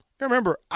Remember